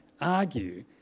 argue